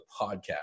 podcast